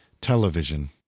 television